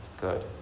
good